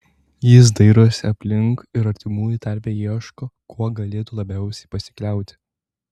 jis dairosi aplink ir artimųjų tarpe ieško kuo galėtų labiausiai pasikliauti